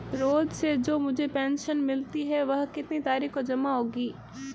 रोज़ से जो मुझे पेंशन मिलती है वह कितनी तारीख को जमा होगी?